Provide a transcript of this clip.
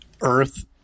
earth